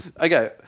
okay